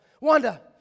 Wanda